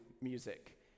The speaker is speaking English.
music